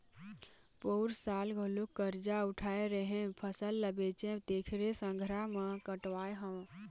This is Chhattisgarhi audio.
पउर साल घलोक करजा उठाय रेहेंव, फसल ल बेचेंव तेखरे संघरा म कटवाय हँव